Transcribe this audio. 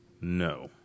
No